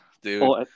dude